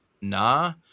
nah